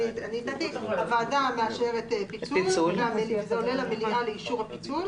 הוועדה מאשרת פיצול וזה עולה למליאה לאישור הפיצול.